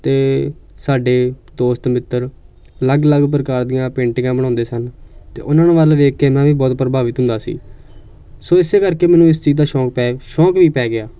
ਅਤੇ ਸਾਡੇ ਦੋਸਤ ਮਿੱਤਰ ਅਲੱਗ ਅਲੱਗ ਪ੍ਰਕਾਰ ਦੀਆਂ ਪੇਂਟਿੰਗਾਂ ਬਣਾਉਂਦੇ ਸਨ ਅਤੇ ਉਹਨਾਂ ਨੂੰ ਵੱਲ ਦੇਖ ਕੇ ਮੈਂ ਵੀ ਬਹੁਤ ਪ੍ਰਭਾਵਿਤ ਹੁੰਦਾ ਸੀ ਸੋ ਇਸੇ ਕਰਕੇ ਮੈਨੂੰ ਇਸ ਚੀਜ਼ ਦਾ ਸ਼ੌਂਕ ਪੈ ਸ਼ੌਂਕ ਵੀ ਪੈ ਗਿਆ